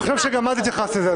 אני חושב שגם את התייחסת לזה,